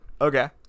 Okay